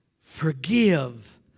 Forgive